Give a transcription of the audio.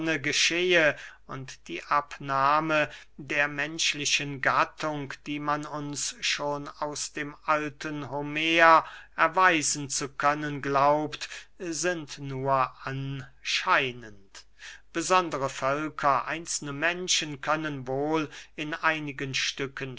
und die abnahme der menschlichen gattung die man uns schon aus dem alten homer erweisen zu können glaubt sind nur anscheinend besondere völker einzelne menschen können wohl in einigen stücken